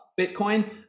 Bitcoin